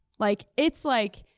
like, it's like,